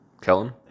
Kellen